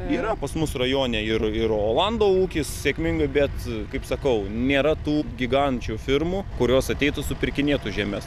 yra pas mus rajone ir ir olando ūkis sėkmingai bet kaip sakau nėra tų gigančių firmų kurios ateitų supirkinėtų žemes